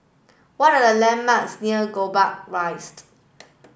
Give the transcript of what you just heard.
what are the landmarks near Gombak Rised